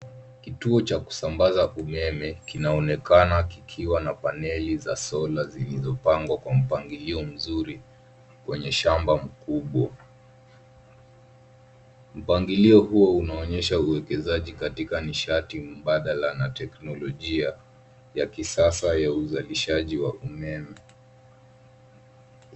Kituo cha kusambaza umeme kinaonekana kikiwa na paneli za solar zilizopangwa kwa mpangilio mzuri kwenye shamba kubwa. Mpangilio huo unaonyesha ufanisi katika uzalishaji wa nishati mbadala na teknolojia ya kisasa ya uzalishaji wa umeme.